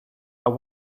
are